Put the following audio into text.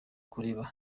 kureba